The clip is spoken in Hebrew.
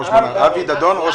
ראש